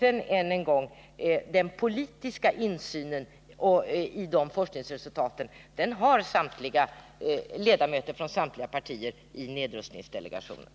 Sedan än en gång: Den politiska insynen i de forskningsresultaten har ledamöter från samtliga partier i nedrustningsdelegationen.